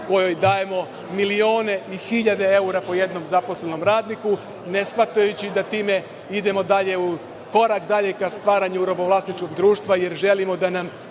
kojoj dajemo milione i hiljade evra po jednom zaposlenom radniku, ne shvatajući time da idemo korak dalje ka stvaranju robovlasničkog društva, jer želimo da nam